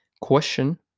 question